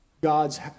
God's